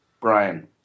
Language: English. brian